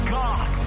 god